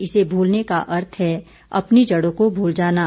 इसे भूलने का अर्थ है अपनी जड़ों को भूल जाना